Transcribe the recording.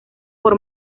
por